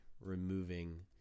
removing